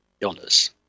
illness